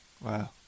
Wow